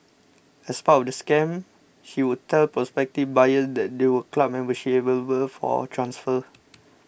as part of the scam she would tell prospective buyers there they were club memberships available for transfer